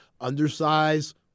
undersized